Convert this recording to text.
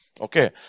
Okay